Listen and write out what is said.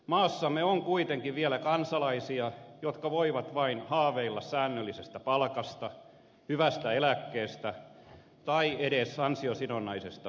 maassamme on kuitenkin vielä kansalaisia jotka voivat vain haaveilla säännöllisestä palkasta hyvästä eläkkeestä tai edes ansiosidonnaisesta työttömyysturvasta